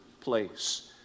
place